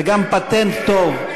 זה גם פטנט טוב,